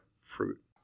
fruit